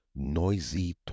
noisy